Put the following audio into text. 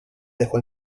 dejó